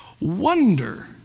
Wonder